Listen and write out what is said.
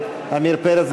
רוצים לברך את עמיר פרץ,